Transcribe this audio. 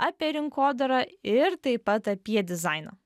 apie rinkodarą ir taip pat apie dizainą